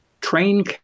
train